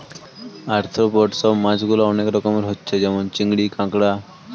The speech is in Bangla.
আর্থ্রোপড সব মাছ গুলা অনেক রকমের হচ্ছে যেমন চিংড়ি, কাঁকড়া